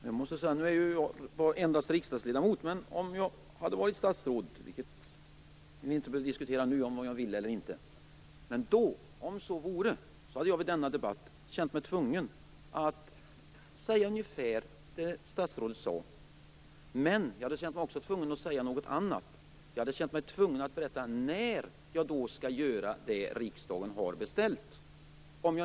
Herr talman! Nu är ju jag endast riksdagsledamot, men om jag hade varit statsråd, hade jag i denna debatt känt mig tvungen att säga ungefär det som statsrådet sade. Men jag hade också känt mig tvungen att säga någonting annat. Jag hade känt mig tvungen att berätta när jag skall göra det som riksdagen har bestämt.